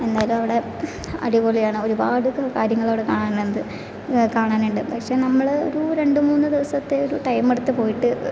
എന്നാലും അവിടെ അടിപൊളിയാണ് ഒരുപാട് കാര്യങ്ങൾ അവിടെ കാണാനുന്ത് കാണാനുണ്ട് പക്ഷെ നമ്മള് ഒരു രണ്ട് മൂന്ന് ദിവസത്തെ ഒരു ടൈമെടുത്ത് പോയിട്ട്